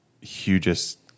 hugest